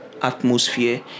atmosphere